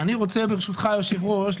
ברשותך היושב ראש,